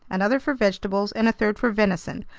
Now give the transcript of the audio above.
another for vegetables, and a third for venison,